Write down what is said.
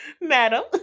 Madam